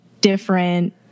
different